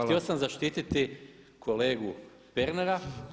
Htio sam zaštititi kolegu Pernara.